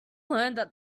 learned